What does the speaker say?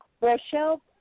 Rochelle